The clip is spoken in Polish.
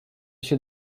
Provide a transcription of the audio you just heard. się